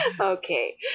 Okay